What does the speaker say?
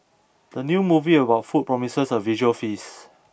the new movie about food promises a visual feast